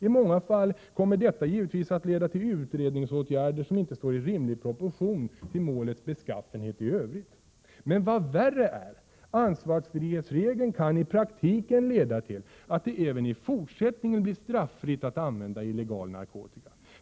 I många fall kommer detta givetvis att leda till utredningsåtgärder som inte står i rimlig proportion till målets beskaffenhet i övrigt. Men vad värre är: Ansvarsfrihetsregeln kan i praktiken leda till att det även i fortsättningen blir straffritt att använda illegal narkotika.